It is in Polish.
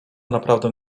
naprawdę